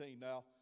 now